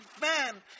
man